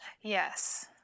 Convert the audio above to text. Yes